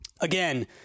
Again